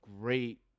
great